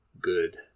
good